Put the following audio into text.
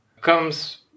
comes